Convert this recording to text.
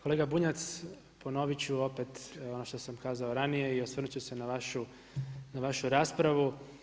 Kolega Bunjac, ponovit ću opet ono što sam kazao ranije i osvrnut ću se na vašu raspravu.